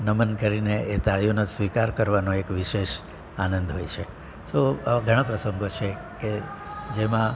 નમન કરીને એ તાળીઓનો સ્વીકાર કરવાનો એક વિશેષ આનંદ હોય છે તો આવા ઘણા પ્રસંગો છે કે જેમાં